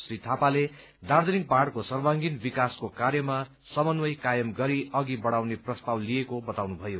श्री थापाले दार्जीलिङ पहाड़को सर्वागिंण विकासको कार्यमा समन्वय कायम गरी अघि बढ़ाउने प्रस्ताव लिएको बताउनु भयो